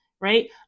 right